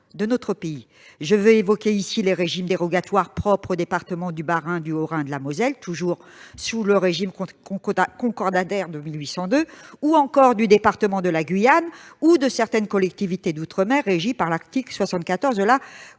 de notre pays ? Je veux ici évoquer les régimes dérogatoires, propres aux départements du Bas-Rhin, du Haut-Rhin, de la Moselle- toujours sous le régime concordataire de 1802 -ou encore du département de la Guyane ou de certaines collectivités d'outre-mer régies par l'article 74 de la